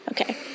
Okay